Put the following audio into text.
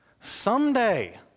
Someday